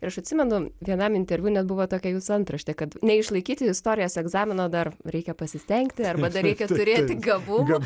ir aš atsimenu vienam interviu net buvo tokia jūsų antraštė kad neišlaikyti istorijos egzamino dar reikia pasistengti arba dar reikia turėti gabumų